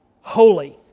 holy